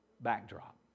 backdrop